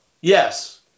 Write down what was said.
Yes